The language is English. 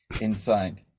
inside